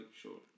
sure